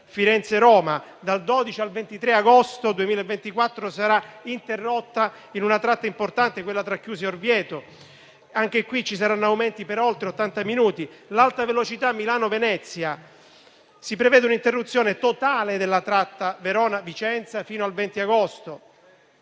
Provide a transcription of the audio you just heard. Firenze-Roma, dal 12 al 23 agosto, sarà interrotta in una tratta importante, quella tra Chiusi e Orvieto. Anche in questo caso ci saranno aumenti dei tempi di percorrenza per oltre ottanta minuti. L'Alta Velocità Milano-Venezia: si prevede un'interruzione totale nella tratta Verona-Vicenza fino al 20 agosto.